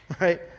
right